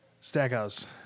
stackhouse